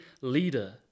leader